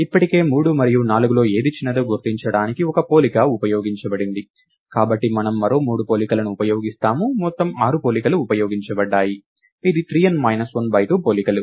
ఇప్పటికే 3 మరియు 4లో ఏది చిన్నదో గుర్తించడానికి ఒక పోలిక ఉపయోగించబడింది కాబట్టి మనము మరో మూడు పోలికలను ఉపయోగిస్తాము మొత్తం ఆరు పోలికలు ఉపయోగించబడ్డాయి ఇది 3n మైనస్ 1 బై 2 పోలికలు